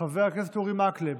חבר הכנסת אורי מקלב,